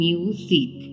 Music